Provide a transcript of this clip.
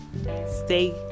Stay